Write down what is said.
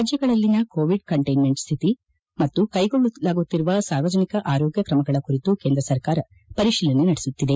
ರಾಜ್ಯಗಳಲ್ಲಿನ Covid containment ಸ್ಥಿತಿ ಮತ್ತು ಕೈಗೊಳ್ಳಲಾಗುತ್ತಿರುವ ಸಾರ್ವಜನಿಕ ಆರೋಗ್ಯ ಕ್ರಮಗಳ ಕುರಿತು ಕೇಂದ್ರ ಸರ್ಕಾರ ಪರಿಶೀಲನೆ ನಡೆಸುತ್ತಿದೆ